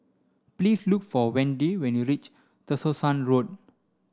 please look for Wende when you reach Tessensohn Road